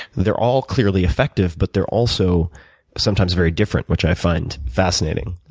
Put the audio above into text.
they're all clearly effective but they're also sometimes very different, which i find fascinating.